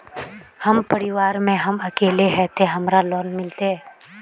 हम परिवार में हम अकेले है ते हमरा लोन मिलते?